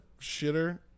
Shitter